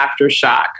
Aftershock